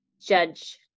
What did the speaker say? judge